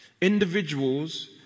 Individuals